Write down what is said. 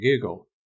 Google